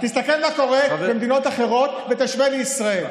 תסתכל מה קורה במדינות אחרות ותשווה לישראל.